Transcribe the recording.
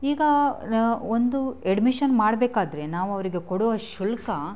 ಈಗ ಒಂದು ಎಡ್ಮಿಶನ್ ಮಾಡಬೇಕಾದ್ರೆ ನಾವು ಅವರಿಗೆ ಕೊಡುವ ಶುಲ್ಕ